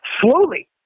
slowly